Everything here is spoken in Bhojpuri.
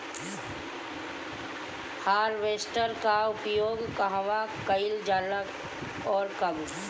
हारवेस्टर का उपयोग कहवा कइल जाला और कब?